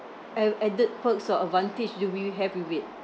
uh added perks or advantage do we have with it